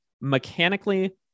mechanically